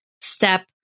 step